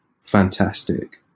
Fantastic